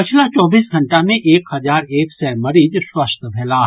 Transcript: पछिला चौबीस घंटा मे एक हजार एक सय मरीज स्वस्थ भेलाह